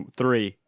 three